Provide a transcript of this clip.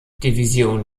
division